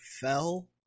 fell